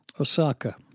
Osaka